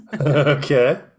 Okay